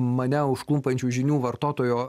mane užklumpančių žinių vartotojo